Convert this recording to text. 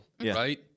right